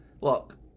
Look